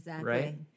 right